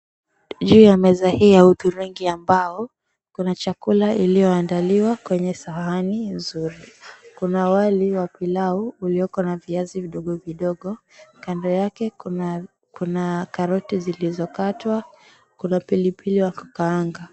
Juu ya meza hii ya hudhurungi ya mbao, kuna chakula iliyoandaliwa kwenye sahani nzuri. Kuna wali wa pilau uliyoko na viazi vidogo vidogo. Kando yake kuna karoti zilizo katwa, kuna pilipili ya kukaanga.